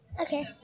Okay